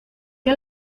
que